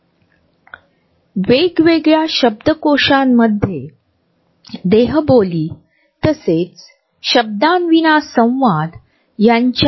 २ ते ३६ मीटर आहे सार्वजनिक क्षेत्र या मर्यादेपेक्षा पुढे स्वतःचा वैयक्तिक झोन हा शरीराच्या जवळच्या संभाव्य संपर्कापासून ते १८ इंचापर्यंत आहे जो स्वतःला कुजबुजण्यासाठी स्वतःशी संवाद करण्यासाठी आरामदायक आहे